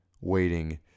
waiting